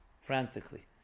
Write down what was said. frantically